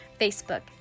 facebook